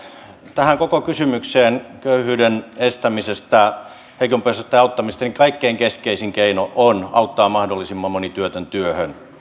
tähän koko kysymykseen köyhyyden estämisestä heikompiosaisten auttamisesta niin kaikkein keskeisin keino on auttaa mahdollisimman moni työtön työhön